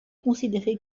considéré